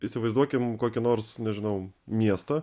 įsivaizduokim kokį nors nežinau miestą